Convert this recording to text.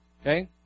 Okay